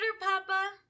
Papa